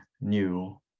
new